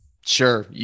Sure